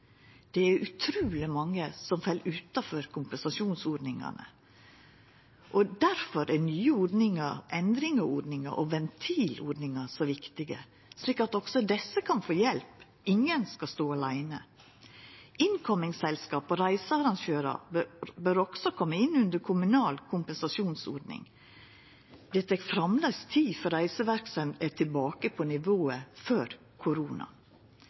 Det er utruleg mange som fell utanfor kompensasjonsordningane. Difor er nye ordningar, endring i ordningar og ventilordningar så viktige, slik at også dei kan få hjelp. Ingen skal stå åleine. Incoming-selskap og reisearrangørar bør også koma inn under kommunal kompensasjonsordning. Det tek framleis tid før reiseverksemda er tilbake på nivået før